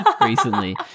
recently